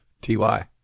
T-Y